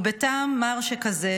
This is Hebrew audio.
ובטעם מר שכזה,